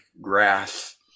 grass